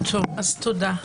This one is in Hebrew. תודה.